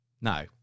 No